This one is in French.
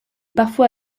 parfois